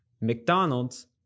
McDonald's